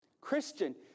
Christian